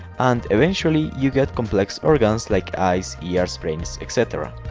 and eventually you get complex organs like eyes ears, brains etc.